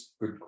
good